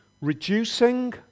Reducing